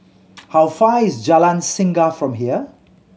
how far is Jalan Singa from here